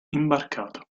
imbarcato